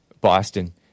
Boston